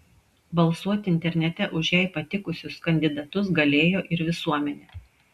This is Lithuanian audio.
balsuoti internete už jai patikusius kandidatus galėjo ir visuomenė